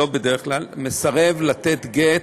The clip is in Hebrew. מסרב לתת גט.